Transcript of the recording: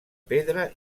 pedra